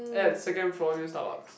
at second floor near Starbucks